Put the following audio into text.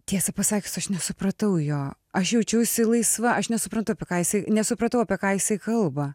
tiesą pasakius aš nesupratau jo aš jaučiausi laisva aš nesuprantu apie ką jisai nesupratau apie ką jisai kalba